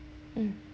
mm